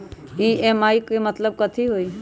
EMI के मतलब कथी होई?